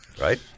right